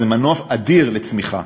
וזה מנוף אדיר לצמיחה.